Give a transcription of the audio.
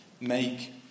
make